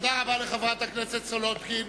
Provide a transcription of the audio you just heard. תודה רבה לחברת הכנסת סולודקין.